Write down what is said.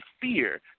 fear